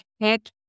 head